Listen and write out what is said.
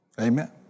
Amen